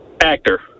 Actor